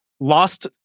lost